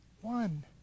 One